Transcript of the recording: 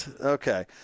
Okay